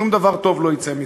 שום דבר טוב לא יצא מזה.